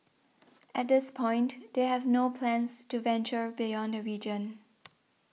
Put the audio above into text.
at this point they have no plans to venture beyond the region